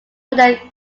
where